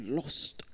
lost